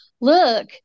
look